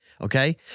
okay